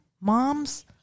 moms